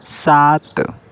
सात